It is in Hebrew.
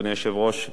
אדוני היושב-ראש,